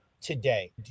today